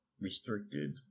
restricted